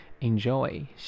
Enjoy